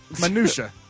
Minutia